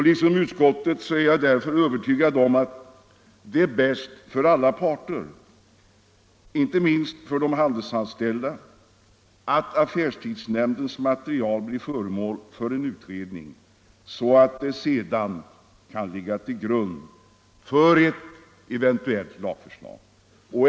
Liksom utskottet är jag därför övertygad om att det är bäst för alla parter, inte minst för de handelsanställda, att affärstidsnämndens material blir föremål för en utredning så att det sedan kan ligga till grund för ett eventuellt lagförslag.